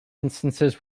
instances